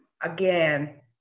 Again